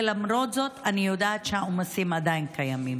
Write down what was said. ולמרות זאת אני יודעת שהעומסים עדיין קיימים